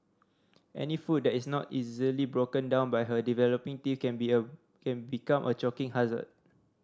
any food that is not easily broken down by her developing teeth can be a can become a choking hazard